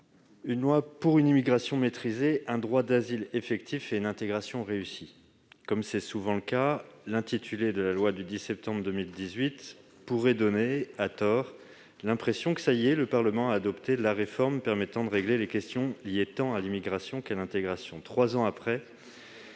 Une loi pour une immigration maîtrisée, un droit d'asile effectif et une intégration réussie ... Comme c'est souvent le cas, l'intitulé de la loi du 10 septembre 2018 pourrait donner l'impression que, ça y est, le Parlement a adopté la réforme permettant de régler les questions liées tant à l'immigration qu'à l'intégration.